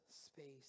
space